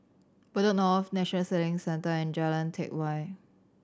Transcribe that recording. Bedok North National Sailing Centre and Jalan Teck Whye